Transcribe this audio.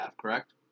correct